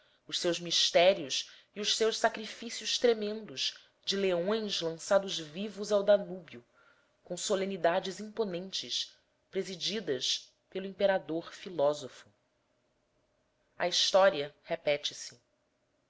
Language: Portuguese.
os seus mistérios e os seus sacrifícios tremendos de leões lançados vivos ao danúbio com solenidades imponentes presididas pelo imperador filósofo a história repete se